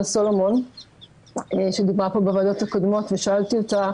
סולומון שדיברה פה בישיבות הקודמות ושאלתי אותה: